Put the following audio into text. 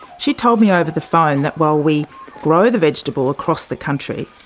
she told me over the phone that while we grow the vegetable across the country,